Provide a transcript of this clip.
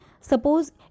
Suppose